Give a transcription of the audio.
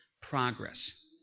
progress